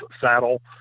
saddle